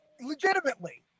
legitimately